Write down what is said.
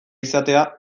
izatea